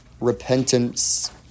repentance